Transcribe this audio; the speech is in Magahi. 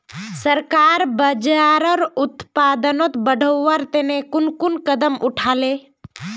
सरकार बाजरार उत्पादन बढ़वार तने कुन कुन कदम उठा ले